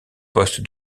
poste